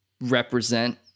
represent